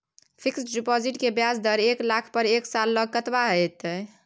Fixed deposit के ब्याज दर एक लाख पर एक साल ल कतबा इ?